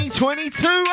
2022